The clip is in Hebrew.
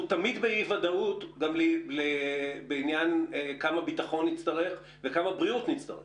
אנחנו תמיד באי-ודאות בשאלה כמה נצטרך להשקיע בבריאות וכמה נצטרך